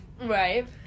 Right